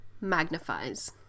magnifies